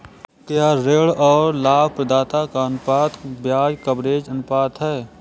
क्या ऋण और लाभप्रदाता का अनुपात ब्याज कवरेज अनुपात है?